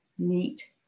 Meet